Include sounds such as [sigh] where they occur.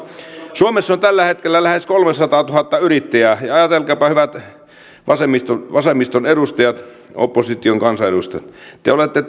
suomessa on tällä hetkellä lähes kolmesataatuhatta yrittäjää ja ja ajatelkaapa tätä hyvät vasemmiston edustajat opposition kansanedustajat te olette [unintelligible]